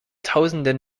tausenden